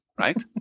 right